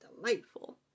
delightful